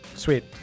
Sweet